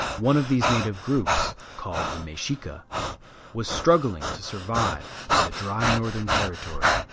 one of these native groups called the mexica was struggling to survive in the dry northern territory.